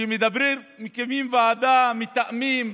שמדבר, מקימים ועדה, מתאמים,